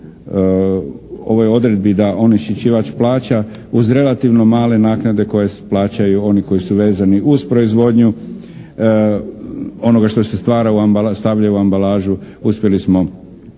ovoj odredbi da onečišćivač plaća uz relativno male naknade koje plaćaju oni koji su vezani uz proizvodnju onoga što se stvara, stavlja u ambalažu, uspjeli smo